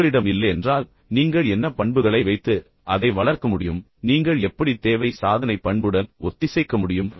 உங்களிடம் இல்லையென்றால் நீங்கள் என்ன பண்புகளை வைத்து அதை வளர்க்க முடியும் நீங்கள் எப்படி தேவை சாதனை பண்புடன் ஒத்திசைக்க முடியும்